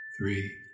three